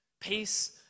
Peace